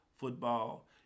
Football